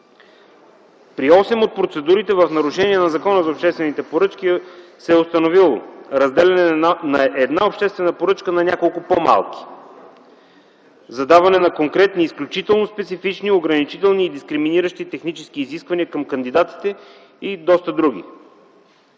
При осем от процедурите в нарушение на Закона за обществените поръчки се е установило разделяне на една обществена поръчка на няколко по-малки за даване на конкретни изключително специфични, ограничителни и дискриминиращи технически изисквания към кандидатите и доста други.